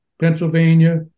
Pennsylvania